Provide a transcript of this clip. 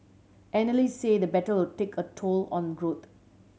analyst say the battle will take a toll on growth